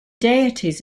deities